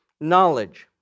knowledge